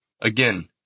Again